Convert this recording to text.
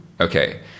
Okay